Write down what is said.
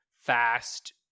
fast